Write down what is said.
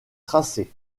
tracé